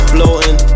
Floating